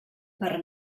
per